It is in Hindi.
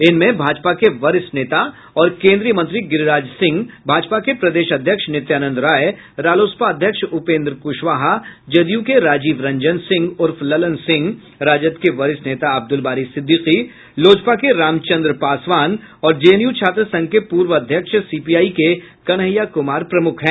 इनमें भाजपा के वरिष्ठ नेता और केन्द्रीय मंत्री गिरिराज सिंह भाजपा के प्रदेश अध्यक्ष नित्यानंद राय रालोसपा अध्यक्ष उपेन्द्र कुशवाहा जदयू के राजीव रंजन सिंह उर्फ ललन सिंह राजद के वरिष्ठ नेता अब्दुल बारी सिद्दिकी लोजपा के रामचंद्र पासवान और जेएनयू छात्र संघ के पूर्व अध्यक्ष सीपीआई के कन्हैया कुमार प्रमुख हैं